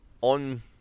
on